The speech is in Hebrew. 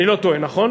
אני לא טועה, נכון?